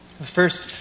First